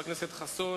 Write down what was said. מה הצליח לעשות,